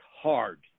hard